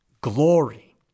glory